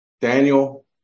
Daniel